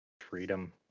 freedom